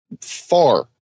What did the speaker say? far